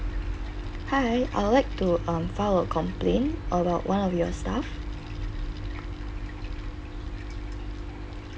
hi I would like to um file a complaint about one of your staff